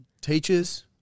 teachers